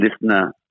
listener